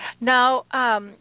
Now